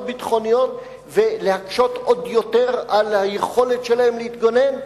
ביטחוניות ולהקשות עוד יותר על היכולת שלהם להתגונן?